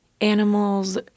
animals